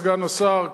סגן השר,